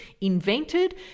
invented